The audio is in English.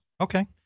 Okay